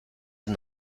and